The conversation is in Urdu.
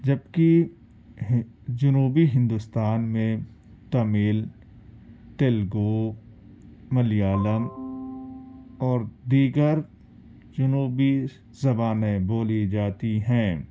جبکہ جنوبی ہندوستان میں تمل تیلگو ملیالم اور دیگر جنوبی زبانیں بولی جاتی ہیں